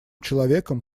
человеком